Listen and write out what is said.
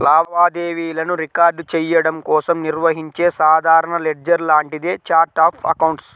లావాదేవీలను రికార్డ్ చెయ్యడం కోసం నిర్వహించే సాధారణ లెడ్జర్ లాంటిదే ఛార్ట్ ఆఫ్ అకౌంట్స్